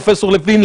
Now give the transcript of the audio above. פרופ' לוין,